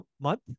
month